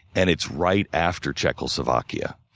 and it's right after czechoslovakia.